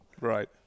Right